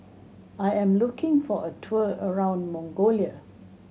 I am looking for a tour around Mongolia